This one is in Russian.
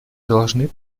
должны